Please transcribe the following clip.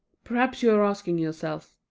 perhaps you are asking yourself,